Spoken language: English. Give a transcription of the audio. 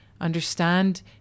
Understand